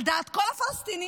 על דעת כל הפלסטינים,